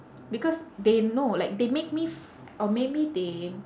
because they know like they make me or maybe they